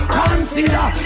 Consider